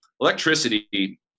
electricity